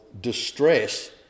distress